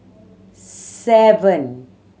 seven